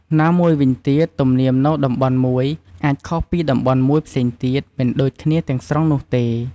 ណាមួយវិញទៀតទំនៀមនៅតំបន់មួយអាច ខុសពីតំបន់មួយផ្សេងទៀត មិនដូចគ្នាទាំងស្រុងនោះទេ។